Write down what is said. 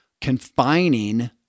confining